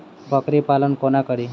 बकरी पालन कोना करि?